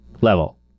level